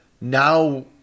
now